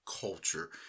culture